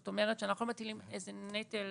זאת אומרת שאנחנו לא מטילים איזה נטל